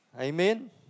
Amen